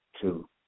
two